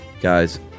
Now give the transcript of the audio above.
guys